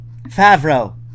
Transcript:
Favreau